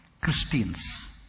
christians